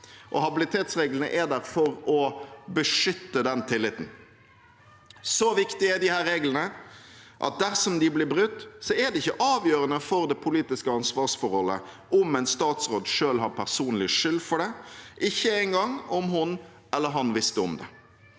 Habilitetsreglene er der for å beskytte den tilliten. Så viktig er disse reglene at dersom de blir brutt, er det ikke avgjørende for det politiske ansvarsforholdet om en statsråd selv har personlig skyld for det, ikke engang om hun eller han visste om det.